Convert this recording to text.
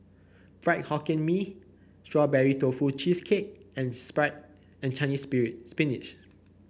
Fried Hokkien Mee Strawberry Tofu Cheesecake and Chinese Spinach